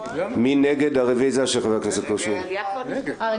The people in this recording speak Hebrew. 6 נגד, 10 נמנעים, אין